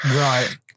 Right